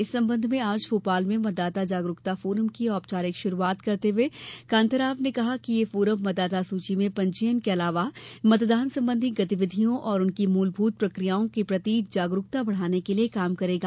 इस संबंध में आज भोपाल में मतदाता जागरूकता फोरम की औपचारिक शुरूआत करते हुए कांताराव ने कहा कि यह फोरम मतदाता सूची में पंजीयन के अलावा मतदान संबंधी गतिविधियों और उनकी मूलभूत प्रकियाओं के प्रति जागरूकता बढ़ाने के लिये काम करेगा